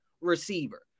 receiver